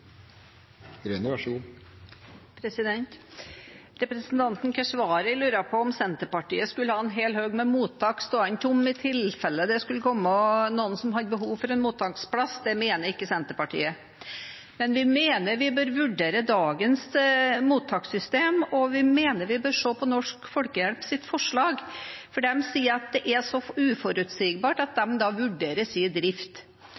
Representanten Keshvari lurte på om Senterpartiet skulle ha en hel haug med mottak stående tomme i tilfelle det skulle komme noen som hadde behov for en mottaksplass. Det mener ikke Senterpartiet. Men vi mener vi bør vurdere dagens mottakssystem, og vi mener at vi bør se på Norsk Folkehjelps forslag, for de sier at det er så uforutsigbart at de vurderer sin drift.